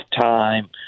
time